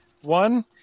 one